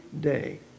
day